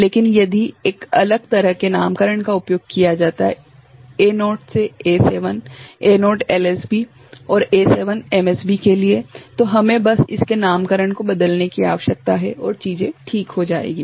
लेकिन यदि एक अलग तरह के नामकरण का उपयोग किया जाता है A0 से A7 A0 LSB और A7 MSB के लिए तो हमें बस इसके नामकरण को बदलने की आवश्यकता है और चीजें ठीक हो जाएंगी